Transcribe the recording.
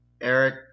Eric